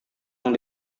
yang